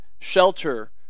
shelter